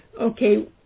okay